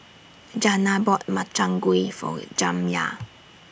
Jana bought Makchang Gui For Jamya